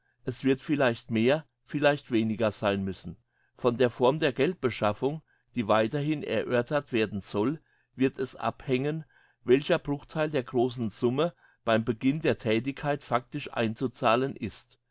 es wird vielleicht mehr vielleicht weniger sein müssen von der form der geldbeschaffung die weiterhin erörtert werden soll wird es abhängen welcher bruchtheil der grossen summe beim beginn der thätigkeit factisch einzuzahlen ist